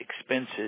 expenses